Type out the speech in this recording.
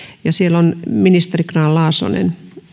siellä on ministeri grahn laasonen